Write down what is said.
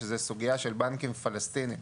שזה סוגיה של בנקים פלסטיניים